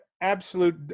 absolute